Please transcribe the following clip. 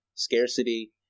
Scarcity